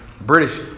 British